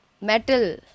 metal